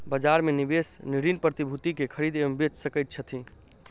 बजार में निवेशक ऋण प्रतिभूति के खरीद एवं बेच सकैत छथि